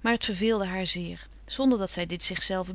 maar het verveelde haar zeer zonder dat zij dit zichzelve